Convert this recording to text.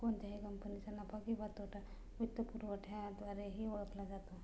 कोणत्याही कंपनीचा नफा किंवा तोटा वित्तपुरवठ्याद्वारेही ओळखला जातो